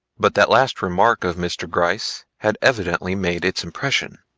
but that last remark of mr. gryce had evidently made its impression.